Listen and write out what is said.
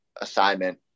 assignment